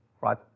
right